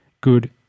good